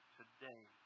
today